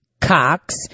Cox